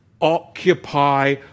occupy